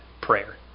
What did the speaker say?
prayer